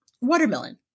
Watermelon